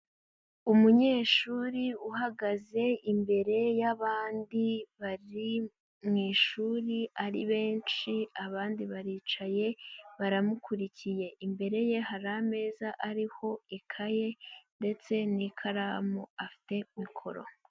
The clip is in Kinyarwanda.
Umunyeshuri uhagaze imbere y'abandi bari mu ishuri ari benshi abandi baricaye baramukurikiye, imbere ye hari ameza ariho ikaye, ndetse n'ikaramu afite mikoro.